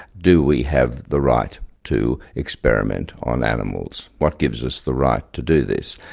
do we have the right to experiment on animals, what gives us the right to do this?